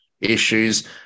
issues